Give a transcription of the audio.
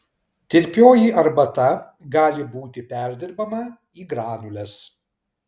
tirpioji arbata gali būti perdirbama į granules